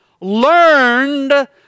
Learned